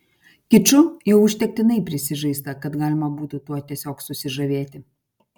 kiču jau užtektinai prisižaista kad galima būtų tuo tiesiog susižavėti